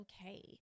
okay